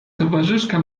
towarzyszka